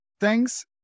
thanks